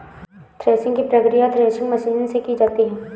threshing की प्रकिया threshing machine से की जाती है